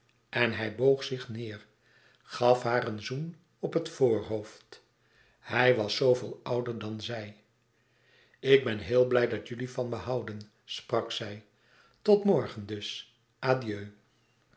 en hij boog zich neêr gaf haar een zoen op het voorhoofd hij was zooveel ouder dan zij ik ben heel blij dat jullie van me houden sprak zij tot morgen dus adieu